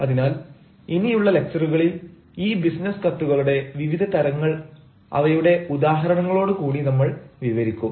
അതിനാൽ ഇനിയുള്ള ലക്ച്ചറുകളിൽ ഈ ബിസിനസ്സ് കത്തുകളുടെ വിവിധ തരങ്ങൾ അവയുടെ ഉദാഹരണങ്ങളോട് കൂടി നമ്മൾ വിവരിക്കും